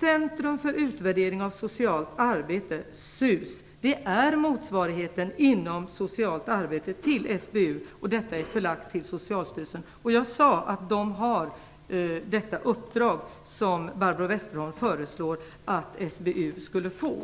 Centrum för utvärdering av socialt arbete, CUS, är motsvarigheten till SBU inom socialt arbete. Detta är förlagt till Socialstyrelsen. Jag sade att man har det uppdrag som Barbro Westerholm föreslår att SBU skulle få.